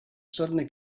suddenly